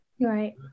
Right